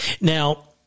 Now